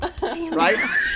right